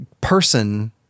person